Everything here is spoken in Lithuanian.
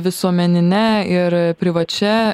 visuomenine ir privačia